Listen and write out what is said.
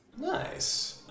Nice